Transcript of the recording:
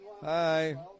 Hi